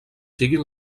siguin